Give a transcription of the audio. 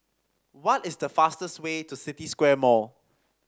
what is the fastest way to City Square Mall